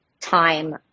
time